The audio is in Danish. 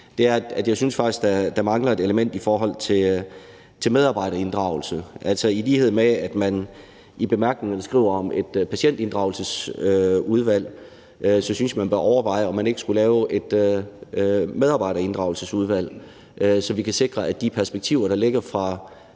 er, at jeg faktisk synes, at der mangler et element i forhold til medarbejderinddragelse. Altså, i lighed med, at man i bemærkningerne skriver om et patientinddragelsesudvalg, synes jeg, man bør overveje, om man ikke skulle lave et medarbejderinddragelsesudvalg, så vi kan sikre, at de perspektiver, der ligger fra